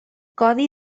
codi